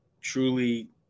truly